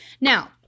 Now